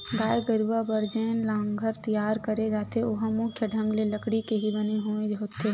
गाय गरुवा बर जेन लांहगर तियार करे जाथे ओहा मुख्य ढंग ले लकड़ी के ही बने होय होथे